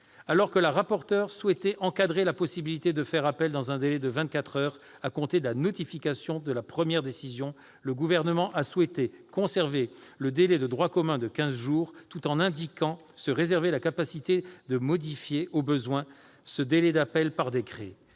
Alors que la rapporteur souhaitait encadrer la possibilité de faire appel dans un délai de vingt-quatre heures à compter de la notification de la première décision, le Gouvernement a souhaité conserver le délai de droit commun de quinze jours, tout en indiquant se réserver la capacité de modifier, au besoin, ce délai d'appel par décret.